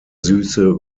süße